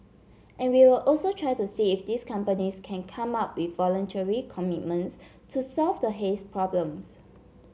and we'll also try to see if these companies can come up with voluntary commitments to solve the haze problems